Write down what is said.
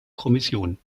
kommission